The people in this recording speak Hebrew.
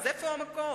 אז איפה המקום?